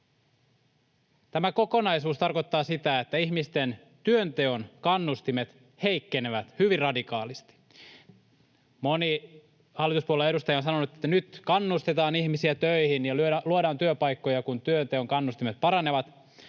Tämä kokonaisuus tarkoittaa sitä, että ihmisten työnteon kannustimet heikkenevät hyvin radikaalisti. Moni hallituspuolueen edustaja on sanonut, että nyt kannustetaan ihmisiä töihin ja luodaan työpaikkoja, kun työnteon kannustimet paranevat,